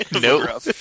Nope